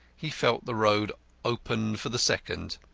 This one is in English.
he felt the road open for the second.